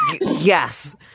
yes